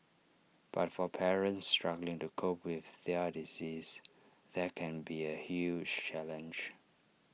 but for parents struggling to cope with their disease that can be A huge challenge